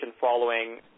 following